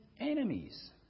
enemies